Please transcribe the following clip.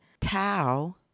tau